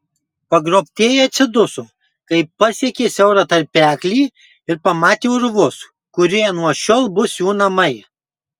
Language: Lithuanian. pagrobtieji atsiduso kai pasiekė siaurą tarpeklį ir pamatė urvus kurie nuo šiol bus jų namai